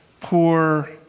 Poor